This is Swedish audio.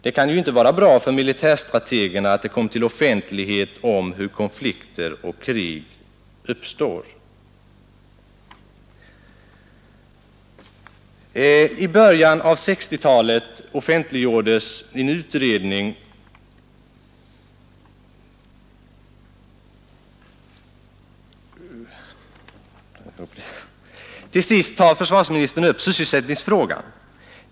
Det kan ju inte vara bra för militärstrategerna att det kommer till offentligheten hur konflikter och krig uppstår. Till sist tar försvarsministern upp sysselsättningsfrågan.